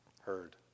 heard